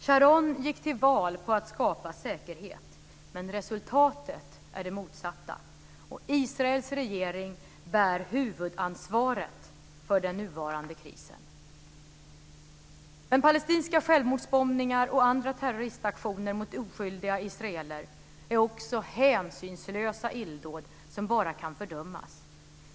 Sharon gick till val på att skapa säkerhet. Men resultatet är det motsatta. Israels regering bär huvudansvaret för den nuvarande krisen. Men palestinska självmordsbombningar och andra terroristaktioner mot oskyldiga israeler är också hänsynslösa illdåd som bara kan fördömas.